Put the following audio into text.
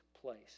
place